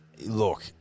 look